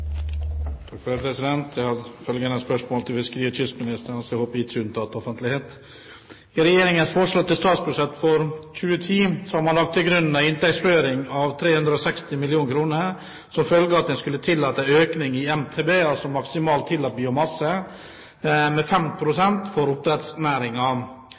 jeg håper ikke er unntatt offentlighet: «I regjeringens forslag til statsbudsjett for 2010 har man lagt til grunn en inntektsføring av 360 mill. kr som følge av at en skulle tillate en økning i MTB, maksimalt tillatt biomasse, med